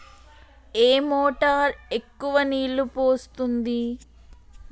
ఏ motor ఎక్కువ నీళ్లు పోస్తుంది?